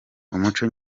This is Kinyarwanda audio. umuco